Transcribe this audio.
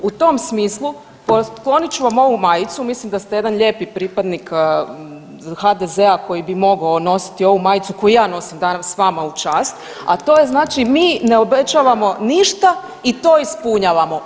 U tom smislu poklonit ću vam ovu majicu, mislim da ste jedan lijepi pripadnik HDZ-a koji bi mogao nositi ovu majicu koju i ja nosim danas s vama u čast, a to je znači mi ne obećavam ništa i to ispunjavamo.